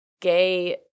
gay